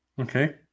Okay